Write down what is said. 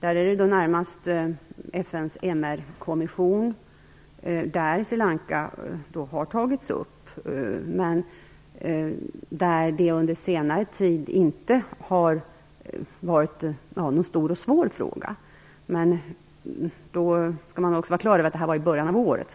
FN:s MR-kommission har tagit upp frågan om Sri Lanka, men under senare tid har detta inte varit någon stor och svår fråga. Man skall dock komma ihåg att detta skedde i början av året.